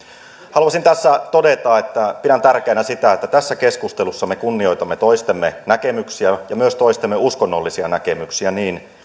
haluaisin tässä todeta että pidän tärkeänä sitä että tässä keskustelussa me kunnioitamme toistemme näkemyksiä ja myös toistemme uskonnollisia näkemyksiä niin